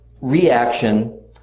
reaction